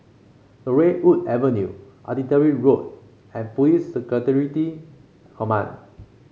Laurel Wood Avenue Artillery Road and Police Security Command